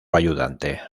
ayudante